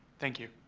thank you.